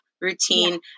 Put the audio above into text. routine